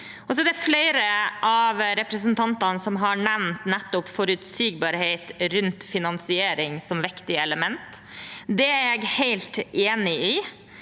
Det er flere av representantene som har nevnt nettopp forutsigbarhet rundt finansiering som et viktig element. Det er jeg helt enig i.